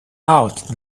out